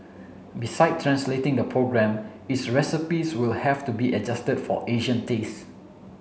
beside translating the program is recipes will have to be adjusted for Asian taste